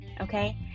okay